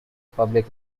public